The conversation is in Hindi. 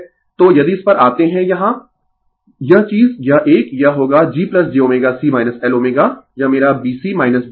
तो यदि इस पर आते है यहाँ यह चीज यह एक यह होगा G j ωC Lω यह मेरा B C B L है